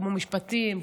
כמו משפטים,